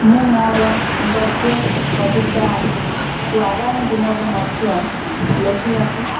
ମୁଁ ମୋର ଗଦ୍ୟ କବିତାକୁ ଆଗାମୀ ଦିନରେ ମଧ୍ୟ ଲେଖିବାକୁ